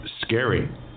scary